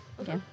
Okay